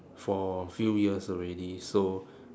for a few years already so